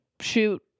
shoot